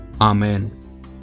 Amen